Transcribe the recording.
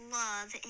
love